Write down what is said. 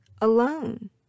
alone